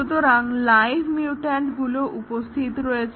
সুতরাং লাইভ মিউট্যান্টগুলো উপস্থিত রয়েছে